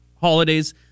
holidays